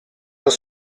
deux